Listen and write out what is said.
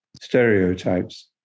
stereotypes